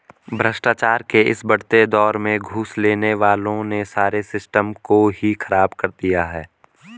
भ्रष्टाचार के इस बढ़ते दौर में घूस लेने वालों ने सारे सिस्टम को ही खराब कर दिया है